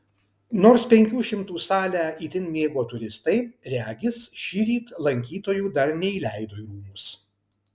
nors penkių šimtų salę itin mėgo turistai regis šįryt lankytojų dar neįleido į rūmus